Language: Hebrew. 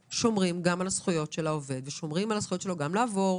ששומרים גם על הזכויות של העובד ושומרים על הזכויות שלו גם לעבור,